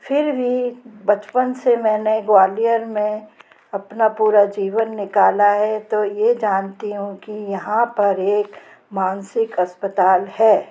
फिर भी बचपन मैंने ग्वालियर में अपना पूरा जीवन निकाला है तो ये जानती हूँ की यहाँ पर एक मानसिक अस्पताल है